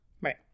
right